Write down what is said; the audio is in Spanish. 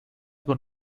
con